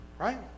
Right